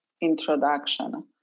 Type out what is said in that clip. introduction